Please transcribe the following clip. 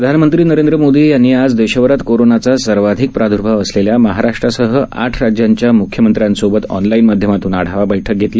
प्रधानमंत्री नरेंद्र मोदी यांनी आज देशभरात कोरोनाचा सर्वाधिक प्रादर्भाव असलेल्या महाराष्ट्रासह आठ राज्यांच्या मुख्यमंत्र्यांसोबत ऑनलाईन माध्यमातून आढावा बैठक घेतली